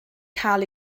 cael